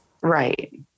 right